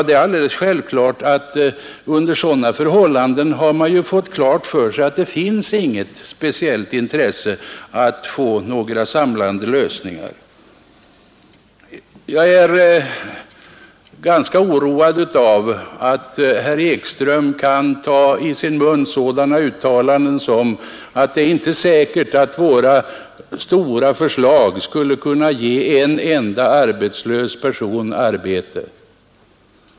Det är alldeles självklart att man under sådana förhållanden har fått klart för sig att det inte fanns något speciellt intresse att få till stånd några samlande lösningar. Jag är ganska oroad av att herr Ekström kan ta i sin mun sådana uttalanden som att det inte är säkert att våra stora förslag skulle kunna ge en enda arbetslös person arbete.